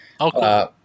Okay